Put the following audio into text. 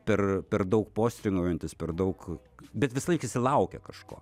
per per daug postringaujantis per daug bet visą laiką visi laukia kažko